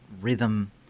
rhythm